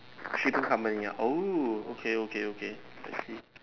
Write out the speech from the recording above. shipping company ah oh okay okay okay I see